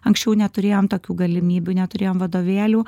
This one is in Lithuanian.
anksčiau neturėjom tokių galimybių neturėjom vadovėlių